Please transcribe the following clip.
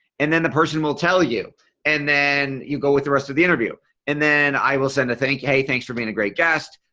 and then the person will tell you and then you go with the rest of the interview and then i will send a thank. hey, thanks for being a great guest.